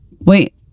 Wait